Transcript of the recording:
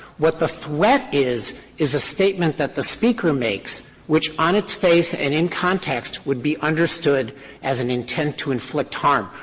what the threat is is a statement that the speaker makes which on its face and in context would be understood as an intent to inflict harm.